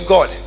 God